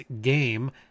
game